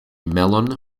mellon